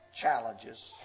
challenges